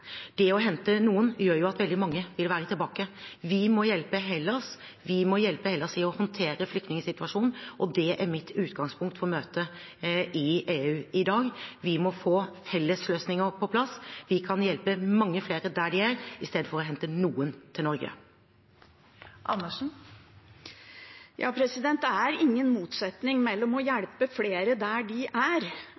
Det å hente noen gjør jo at veldig mange vil være tilbake. Vi må hjelpe Hellas med å håndtere flyktningsituasjonen, og det er mitt utgangspunkt for møtet i EU i dag. Vi må få fellesløsninger på plass. Vi kan hjelpe mange flere der de er, i stedet for å hente noen til Norge. Det er ingen motsetning mellom å